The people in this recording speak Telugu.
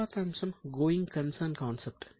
తరువాత అంశం గోయింగ్ కన్సర్న్ కాన్సెప్ట్